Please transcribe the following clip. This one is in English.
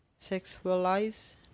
sexualize